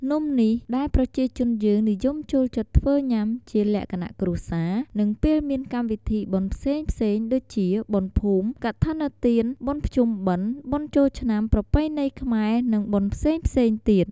នំនេះដែលប្រជាជនយើងនិយមចូលចិត្តធ្វើញាំជាលក្ខណៈគ្រួសារនិងពេលមានកម្មវិធីបុណ្យផ្សេងៗដូចជាបុណ្យភូមិ កឋិនទាន បុណ្យភ្ជុំបិណ្ឌ បុណ្យចូលឆ្នាំប្រពៃណីខ្មែរនិងបុណ្យផ្សេងៗទៀត។